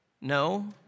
No